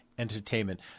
entertainment